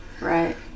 Right